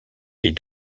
est